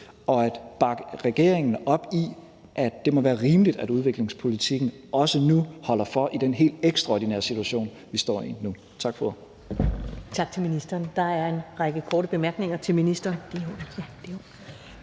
og bakke regeringen op i, at det må være rimeligt, at udviklingspolitikken nu også holder for i den helt ekstraordinære situation, vi står i nu. Tak for